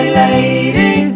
lady